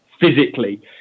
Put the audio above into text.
Physically